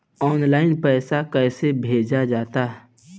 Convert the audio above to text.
Online पैसा कैसे भेजल जाला?